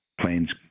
planes